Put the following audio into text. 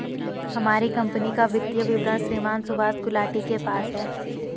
हमारी कम्पनी का वित्तीय विवरण श्रीमान सुभाष गुलाटी के पास है